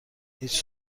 هیچ